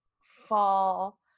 fall